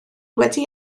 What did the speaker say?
wedi